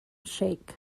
shake